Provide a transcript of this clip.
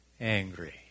angry